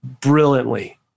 brilliantly